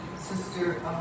Sister